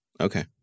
Okay